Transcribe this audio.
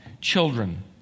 children